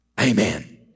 amen